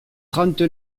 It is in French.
trente